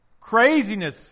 craziness